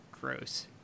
gross